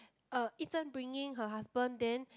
uh Yi-Zhen bringing her husband then